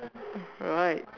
right